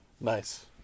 Nice